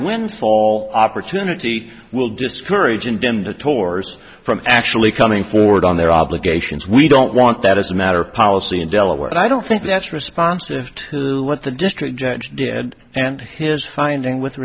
windfall opportunity will discourage and demba tours from actually coming forward on their obligations we don't want that as a matter of policy in delaware and i don't think that's responsive to what the district judge did and his finding with